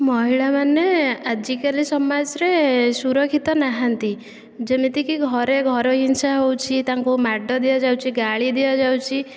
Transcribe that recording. ମହିଳାମାନେ ଆଜିକାଲି ସମାଜରେ ସୁରକ୍ଷିତ ନାହାନ୍ତି ଯେମିତିକି ଘରେ ଘରୋଇ ହିଂସା ହେଉଛି ତାଙ୍କୁ ମାଡ଼ ଦିଆଯାଉଛି ଗାଳି ଦିଆଯାଉଛି